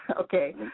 okay